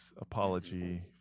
apology